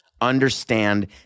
understand